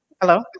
Hello